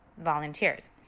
volunteers